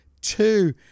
two